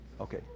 Okay